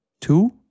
Two